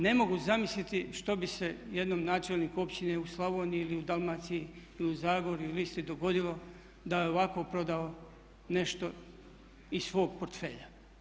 Ne mogu zamisliti što bi se jednom načelniku općine u Slavoniji ili u Dalmaciji ili u Zagorju ili Istri dogodilo da je ovako prodao nešto iz svog portfelja.